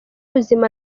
ubuzima